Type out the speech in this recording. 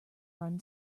run